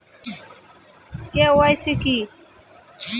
KYC কী?